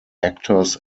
actors